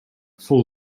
full